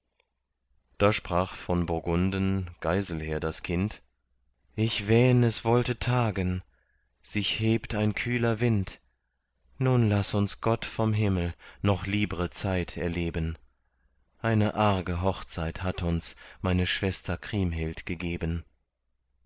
da sprach von burgunden geiselher das kind ich wähn es wolle tagen sich hebt ein kühler wind nun laß uns gott vom himmel noch liebre zeit erleben eine arge hochzeit hat uns meine schwester kriemhild gegeben